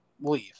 leave